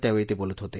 त्यावेळी ते बोलत होते